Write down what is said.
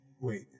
wait